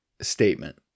statement